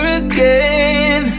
again